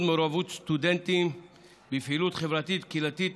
מעורבות סטודנטים בפעילות חברתית וקהילתית,